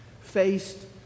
faced